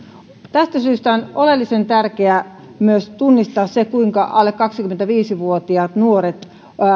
tästä syystä on oleellisen tärkeää tunnistaa se kuinka alle kaksikymmentäviisi vuotiaat nuoret